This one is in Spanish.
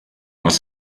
más